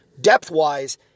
depth-wise